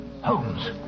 Holmes